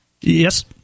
Yes